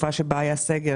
תקופה שבה היה סגר,